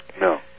No